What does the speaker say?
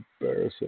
embarrassing